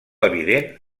evident